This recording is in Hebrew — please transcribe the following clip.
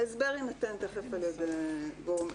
ההסבר יינתן תיכף על ידי הגורמים